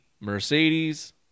Mercedes